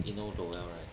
you know doel right